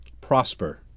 prosper